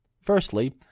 Firstly